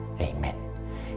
Amen